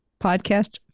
podcast